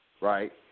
right